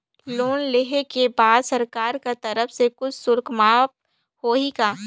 Loan लेहे के बाद सरकार कर तरफ से कुछ शुल्क माफ होही का?